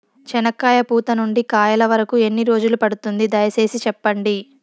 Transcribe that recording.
చెనక్కాయ పూత నుండి కాయల వరకు ఎన్ని రోజులు పడుతుంది? దయ సేసి చెప్పండి?